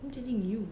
I'm judging you